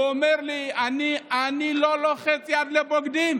הוא אומר לי: אני לא לוחץ יד לבוגדים.